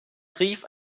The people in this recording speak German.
brief